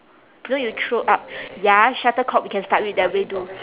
you know you throw up ya shuttlecock we can start with that way do